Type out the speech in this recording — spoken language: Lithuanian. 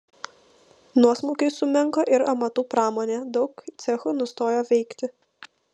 nuosmukiui sumenko ir amatų pramonė daug cechų nustojo veikti